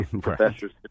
professors